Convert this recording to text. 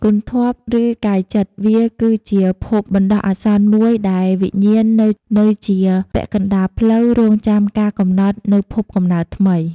គន្ធព្វ ឬកាយចិត្តវាគឺជាភពបណ្ដោះអាសន្នមួយដែលវិញ្ញាណនៅជាពាក់កណ្ដាលផ្លូវ រង់ចាំការកំណត់នូវភពកំណើតថ្មី។